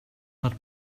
but